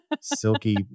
silky